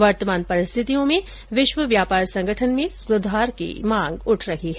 वर्तमान परिस्थितियों में विश्व व्यापार संगठन में सुधार की मांग उठ रही है